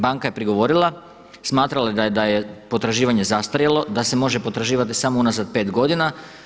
Banka je prigovorila, smatrala je da je potraživanje zastarjelo, da se može potraživati samo unazad pet godina.